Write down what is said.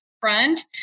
front